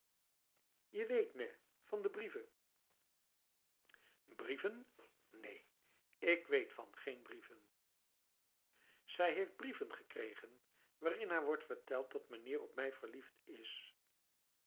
je weet nèh van de brieven brieven neen ik weet van geen brieven zij heeft brieven gekregen waarin haar wordt verteld dat meneer op mij verliefd isf